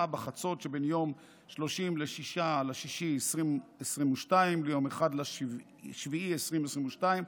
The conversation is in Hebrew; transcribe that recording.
בחצות שבין יום 30 ביוני 2022 ליום 1 ביולי 2022,